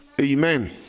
amen